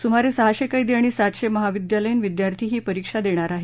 सुमारे सहाशे कैदी आणि सातशे महाविद्यालयीन विद्यार्थी ही परिक्षा देणार आहेत